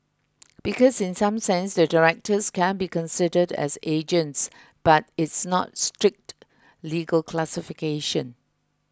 because in some sense the directors can be considered as agents but it's not strict legal classifications